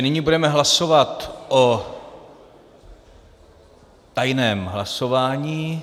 Nyní budeme hlasovat o tajném hlasování.